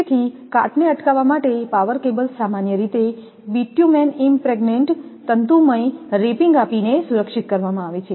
તેથી કાટ ને અટકાવવા માટે પાવર કેબલ્સ સામાન્ય રીતે બિટ્યુમેન ઈમપ્રેગ્નેટેડ તંતુમય રેપિંગ આપીને સુરક્ષિત કરવામાં આવે છે